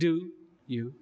do you